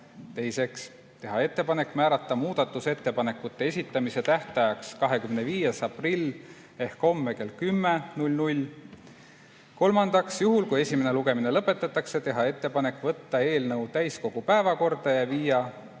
Teiseks, teha ettepanek määrata muudatusettepanekute esitamise tähtajaks 25. aprill ehk homme kell 10. Kolmandaks, juhul kui esimene lugemine lõpetatakse, teha ettepanek võtta eelnõu täiskogu päevakorda ja viia pärast